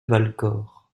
valcor